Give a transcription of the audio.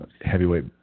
heavyweight